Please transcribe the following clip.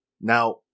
Now